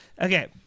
Okay